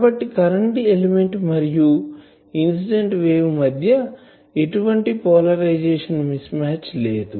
కాబట్టి current element మరియు incident wave మధ్య ఎటువంటి పోలరైజేషన్ మిస్ మ్యాచ్ లేదు